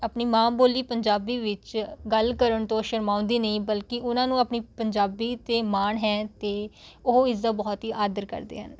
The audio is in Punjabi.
ਆਪਣੀ ਮਾਂ ਬੋਲੀ ਪੰਜਾਬੀ ਵਿੱਚ ਗੱਲ ਕਰਨ ਤੋਂ ਸ਼ਰਮਾਉਂਦੀ ਨਹੀਂ ਬਲਕਿ ਉਹਨਾਂ ਨੂੰ ਆਪਣੀ ਪੰਜਾਬੀ 'ਤੇ ਮਾਣ ਹੈ ਅਤੇ ਉਹ ਇਸਦਾ ਬਹੁਤ ਹੀ ਆਦਰ ਕਰਦੇ ਹਨ